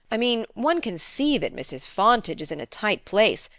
i mean one can see that mrs. fontage is in a tight place,